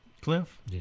Cliff